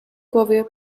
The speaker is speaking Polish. głowie